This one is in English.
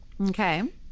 Okay